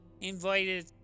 invited